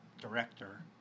director